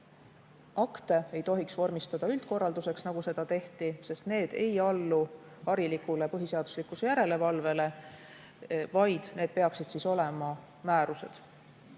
akte ei tohiks vormistada üldkorralduseks, nagu seda tehti, sest need ei allu harilikule põhiseaduslikkuse järelevalvele, vaid need peaksid siis olema määrused.